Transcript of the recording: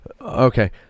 Okay